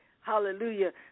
hallelujah